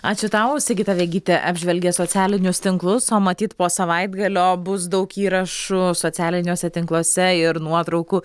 ačiū tau sigita vegytė apžvelgė socialinius tinklus o matyt po savaitgalio bus daug įrašų socialiniuose tinkluose ir nuotraukų